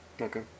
Okay